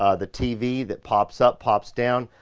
ah the tv that pops up pops down.